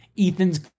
Ethan's